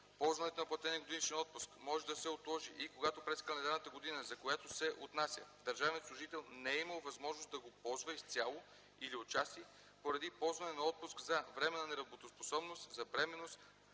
Ползването на платения годишен отпуск може да се отложи и когато през календарната година, за която се отнася, държавният служител не е имал възможност да го ползва изцяло или отчасти поради ползване на отпуск за временна неработоспособност, за бременност,